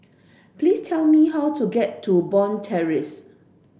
please tell me how to get to Bond Terrace